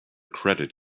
credit